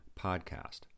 Podcast